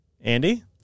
Andy